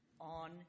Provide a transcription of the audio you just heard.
on